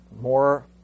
more